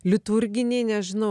liturginį nežinau